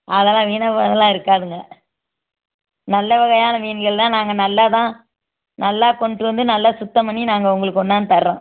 அதெல்லாம் வீணாக போனதெல்லாம் இருக்காதுங்க நல்ல வகையான மீன்கள் தான் நாங்கள் நல்லா தான் நல்லா கொண்டுட்டு வந்து நல்லா சுத்தம் பண்ணி நாங்கள் உங்களுக்கு கொண்டாந்து தர்றோம்